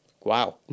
Wow